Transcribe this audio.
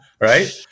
right